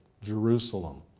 Jerusalem